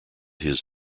his